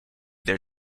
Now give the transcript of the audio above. their